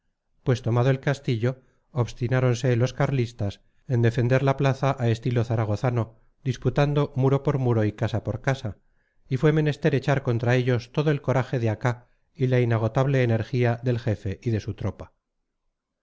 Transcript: pues tomado el castillo obstináronse los carlistas en defender la plaza a estilo zaragozano disputando muro por muro y casa por casa y fue menester echar contra ellos todo el coraje de acá y la inagotable energía del jefe y de su tropa